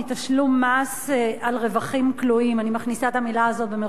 מס על רווחים "כלואים" אני מכניסה את המלה הזאת במירכאות,